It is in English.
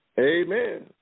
Amen